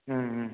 ம் ம்